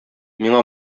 миңа